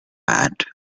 and